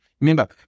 remember